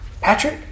Patrick